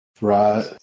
Right